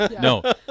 No